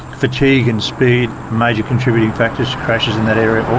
fatigue and speed major contributing factors, crashes in that area